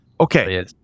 Okay